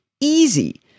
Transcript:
easy